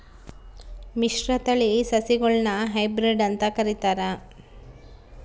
ಮಿಶ್ರತಳಿ ಸಸಿಗುಳ್ನ ಹೈಬ್ರಿಡ್ ಅಂತ ಕರಿತಾರ